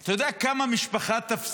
אתה יודע כמה תפסיד